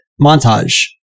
montage